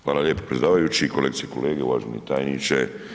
Hvala lijepo predsjedavajući, kolegice i kolege, uvaženi tajniče.